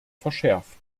verschärft